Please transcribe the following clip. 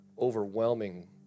overwhelming